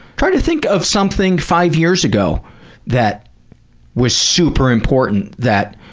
try to think of something five years ago that was super important that